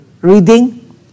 reading